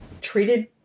treated